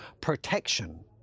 protection